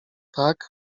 tak